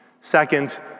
Second